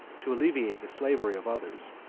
to alleviate the slavery of others,